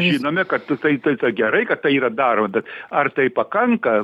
žinome kad tu tai tai tą gerai kad tai yra daroma bet ar tai pakanka